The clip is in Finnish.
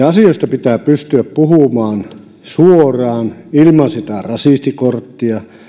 asioista pitää pystyä puhumaan suoraan ilman sitä rasistikorttia ja